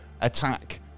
attack